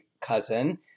cousin